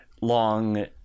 long